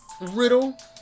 Riddle